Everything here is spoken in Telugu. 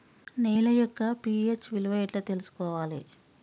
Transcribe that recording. నేల యొక్క పి.హెచ్ విలువ ఎట్లా తెలుసుకోవాలి?